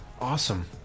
Awesome